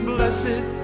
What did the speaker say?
Blessed